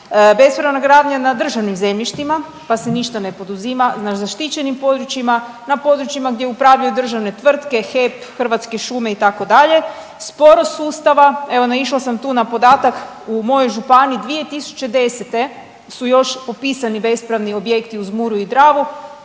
Bespravna gradnja na državnim zemljištima, pa se ništa ne poduzima, na zaštićenim područjima, na područjima gdje upravljaju državne tvrtke, HEP, Hrvatske šume itd. Sporost sustava. Evo naišla sam tu na podatak u mojoj županiji 2010. su još popisani bespravni objekti uz Muru i Dravu,